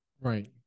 Right